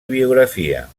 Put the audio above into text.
biografia